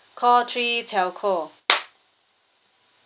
call three telco